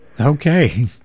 Okay